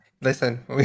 Listen